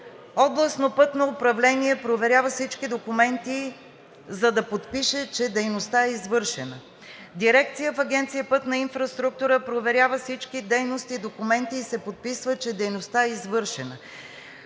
Областно пътно управление проверява всички документи, за да подпише, че дейността е извършена. Дирекция в Агенция „Пътна инфраструктура“ проверява всички дейности и документи и се подписва, че дейността е извършена.